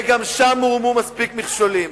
וגם שם הוערמו מספיק מכשולים.